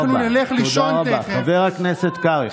די, תודה רבה, חבר הכנסת קרעי.